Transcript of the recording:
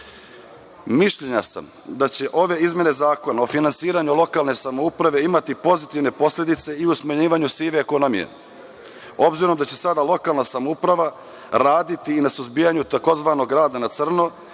Srbiji. Mišljenja sam da će ove izmene Zakona o finansiranju lokalne samouprave imati pozitivne posledice i u smanjivanju sive ekonomije obzirom da će sada lokalna samouprava raditi i na suzbijanju tzv. rada na crno